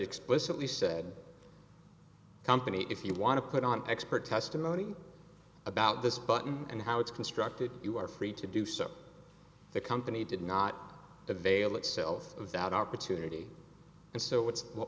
explicitly said company if you want to put on expert testimony about this button and how it's constructed you are free to do so the company did not avail itself of that opportunity